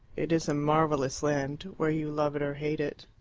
it is a marvellous land, where you love it or hate it.